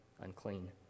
unclean